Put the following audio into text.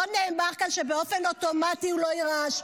לא נאמר כאן שבאופן אוטומטי הוא לא יירש,